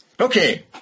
Okay